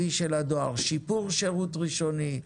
הדואר, שיפור שירות ראשוני,